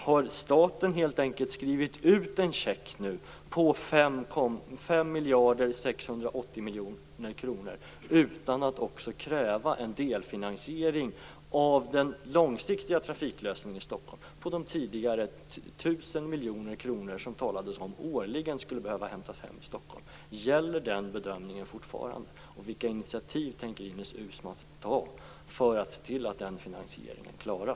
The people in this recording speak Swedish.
Har staten helt enkelt skrivit ut en check på 5 680 000 000 kr, utan att också kräva en delfinansiering av den långsiktiga trafiklösningen i Stockholm, på de tidigare 1 000 miljoner kronor som det talades om årligen skulle behöva hämtas hem i Stockholm? Gäller den bedömningen fortfarande? Vilka initiativ tänker Ines Uusmann ta för att se till att den finansieringen klaras?